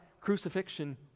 Crucifixion